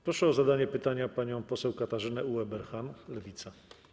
Proszę o zadanie pytania panią poseł Katarzynę Ueberhan, Lewica.